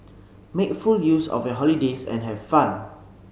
make full use of your holidays and have fun